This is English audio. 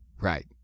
Right